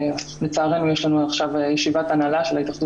לצערנו יש לנו עכשיו ישיבת הנהלה של ההתאחדות